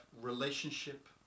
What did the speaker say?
relationship